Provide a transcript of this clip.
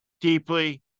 deeply